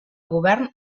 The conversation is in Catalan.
govern